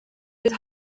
bydd